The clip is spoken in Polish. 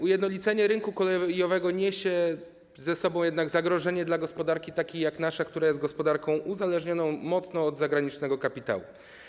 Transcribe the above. Ujednolicenie rynku kolejowego niesie za sobą jednak zagrożenie dla gospodarki takiej jak nasza, która jest gospodarką mocno uzależnioną od zagranicznego kapitału.